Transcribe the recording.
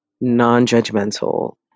non-judgmental